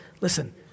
listen